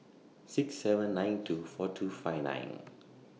six seven nine two four two five nine